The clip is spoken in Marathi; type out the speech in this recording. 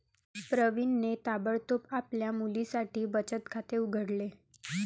प्रवीणने ताबडतोब आपल्या मुलीसाठी बचत खाते उघडले